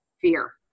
fear